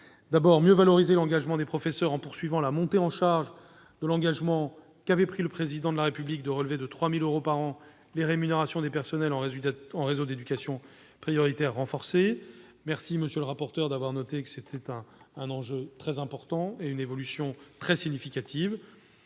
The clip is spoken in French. c'est de mieux valoriser l'engagement des professeurs en poursuivant la montée en charge de l'engagement qu'avait pris le Président de la République de relever de 3 000 euros par an les rémunérations des personnels en réseaux d'éducation prioritaire renforcés. Je vous remercie, monsieur le rapporteur spécial, d'avoir noté qu'il s'agissait d'une évolution très significative.